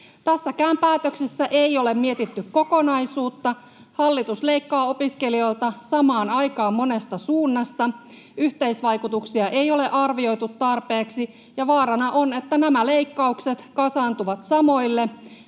Tässäkään päätöksessä ei ole mietitty kokonaisuutta. Hallitus leikkaa opiskelijoilta samaan aikaan monesta suunnasta, yhteisvaikutuksia ei ole arvioitu tarpeeksi, ja vaarana on, että nämä leikkaukset kasaantuvat samoille